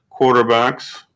quarterbacks